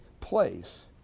place